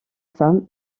femme